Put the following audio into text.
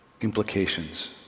implications